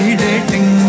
dating